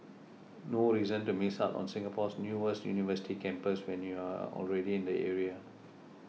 no reason to miss out on Singapore's newest university campus when you're already in the area